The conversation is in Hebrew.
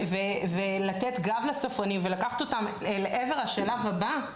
ולתת גב לספרנים ולקחת אותם לעבר השלב הבא,